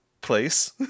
place